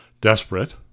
Desperate